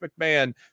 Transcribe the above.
McMahon